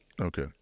Okay